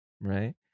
Right